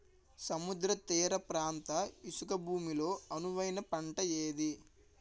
సముద్ర తీర ప్రాంత ఇసుక భూమి లో అనువైన పంట ఏది?